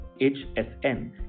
HSN